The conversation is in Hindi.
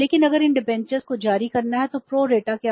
लेकिन अगर इन डिबेंचर जारी किया जा सकता है